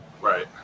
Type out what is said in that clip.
Right